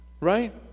Right